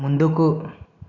ముందుకు